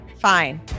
Fine